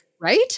Right